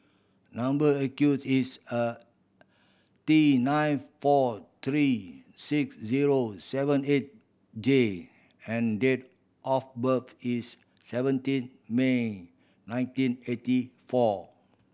number is a T nine four three six zero seven eight J and date of birth is seventeen May nineteen eighty four